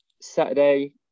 Saturday